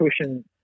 pushing –